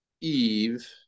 Eve